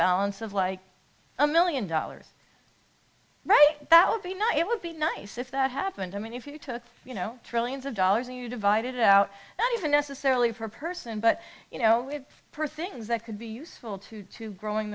balance of like a one million dollars right that would be nice it would be nice if that happened i mean if you took you know trillions of dollars and you divide it out not even necessarily for a person but you know with perth things that could be useful to to growing